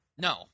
No